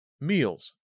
Meals